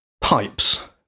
pipes